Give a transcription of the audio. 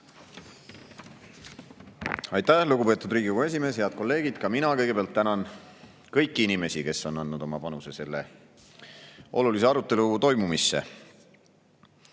Aitäh, lugupeetud Riigikogu esimees! Head kolleegid! Ka mina kõigepealt tänan kõiki inimesi, kes on andnud oma panuse selle olulise arutelu toimumisse.